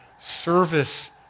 service